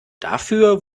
dafür